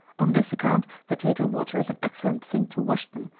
on this account potato water is an excellent thing to wash them,